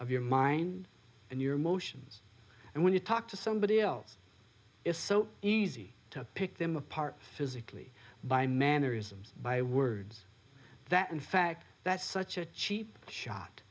of your mind and your emotions and when you talk to somebody else is so easy to pick them apart physically by mannerisms by words that in fact that's such a cheap shot